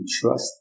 trust